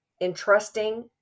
entrusting